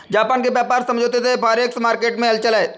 Japan के व्यापार समझौते से फॉरेक्स मार्केट में हलचल है